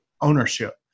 ownership